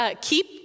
keep